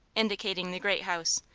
indicating the great house,